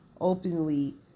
openly